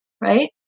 right